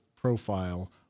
profile